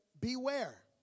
beware